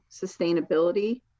Sustainability